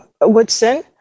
Woodson